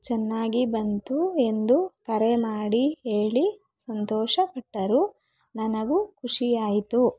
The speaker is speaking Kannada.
ಚೆನ್ನಾಗಿ ಬಂತು ಎಂದು ಕರೆ ಮಾಡಿ ಹೇಳಿ ಸಂತೋಷ ಪಟ್ಟರು ನನಗೂ ಖುಷಿಯಾಯಿತು